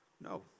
No